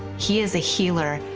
he is a healer,